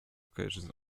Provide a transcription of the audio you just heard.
occasions